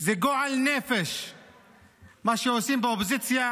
זה גועל נפש מה שעושים באופוזיציה